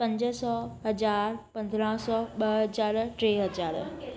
पंज सौ हज़ारु पंद्राहं सौ ॿ हज़ार टे हज़ार